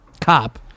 cop